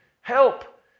Help